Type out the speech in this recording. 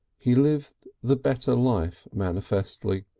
he lived the better life manifestly,